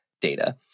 data